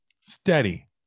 Steady